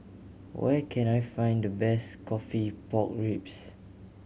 where can I find the best coffee pork ribs